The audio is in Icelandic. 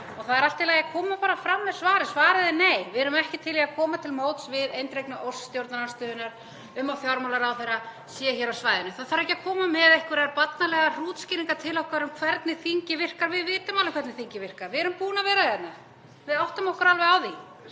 Það er allt í lagi að koma bara fram með svarið. Svarið er nei. Við erum ekki til í að koma til móts við eindregna ósk stjórnarandstöðunnar um að fjármálaráðherra sé hér á svæðinu. Það þarf ekki að koma með einhverjar barnalegar hrútskýringar til okkar um hvernig þingið virkar. Við vitum alveg hvernig þingið virkar. Við erum búin að vera hérna, við áttum okkur alveg á því.